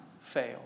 fail